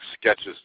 sketches